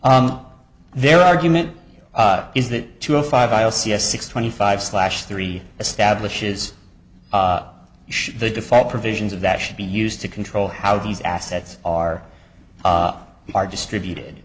their argument is that to a five i'll see a six twenty five slash three establishes the default provisions of that should be used to control how these assets are are distributed